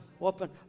open